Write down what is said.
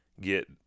get